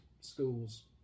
schools